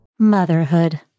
Motherhood